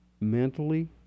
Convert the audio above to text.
mentally